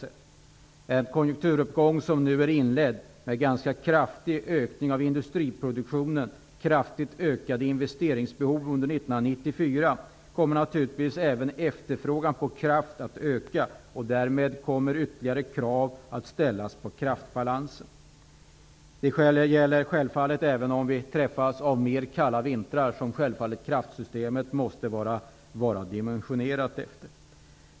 Under den konjunkturuppgång som nu har inletts, med en ganska kraftig ökning av industriproduktionen och kraftigt ökade investeringsbehov under 1994, kommer naturligtvis efterfrågan på kraft att öka, och därmed kommer ytterligare krav att ställas på kraftbalansen. Det gäller självfallet också om vi träffas av kallare vintrar, som kraftsystemet självfallet måste vara dimensionerat för.